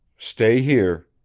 stay here!